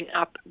up